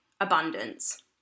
abundance